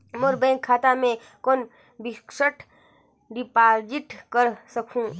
मोर bank खाता मे कौन फिक्स्ड डिपॉजिट कर सकहुं?